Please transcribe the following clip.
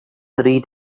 three